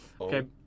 Okay